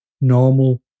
normal